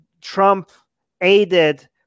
Trump-aided